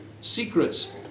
Secrets